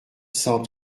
cent